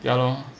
ya lor